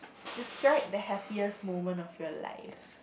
describe the happiest moment of your life